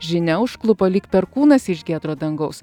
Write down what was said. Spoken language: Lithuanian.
žinia užklupo lyg perkūnas iš giedro dangaus